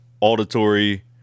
auditory